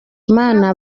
mana